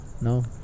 No